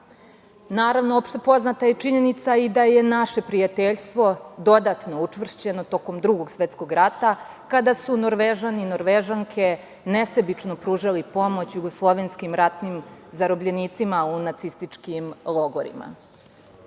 rata. Naravno, opštepoznata je činjenica i da je naše prijateljstvo dodatno učvršćeno tokom Drugog svetskog rata, kada su Norvežani i Norvežanke nesebično pružali pomoć jugoslovenskim ratnim zarobljenicima u nacističkim logorima. Naše